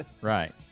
right